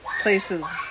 places